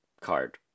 card